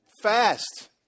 fast